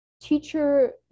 teacher